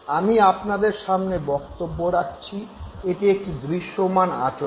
আমি আপনাদের সামনে বক্তব্য রাখছি এটি একটি দৃশ্যমান আচরণ